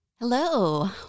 Hello